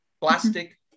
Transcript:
Plastic